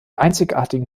einzigartigen